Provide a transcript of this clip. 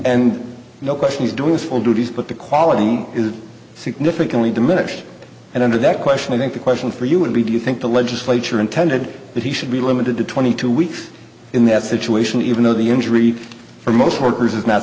and no question he's doing his full duties but the quality is significantly diminished and under that question i think the question for you would be do you think the legislature intended that he should be limited to twenty two weeks in that situation even though the injury for most workers is not